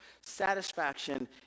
satisfaction